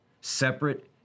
Separate